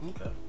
Okay